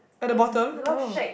at the bottom oh